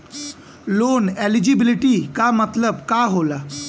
Loan eligibility का मतलब का होला?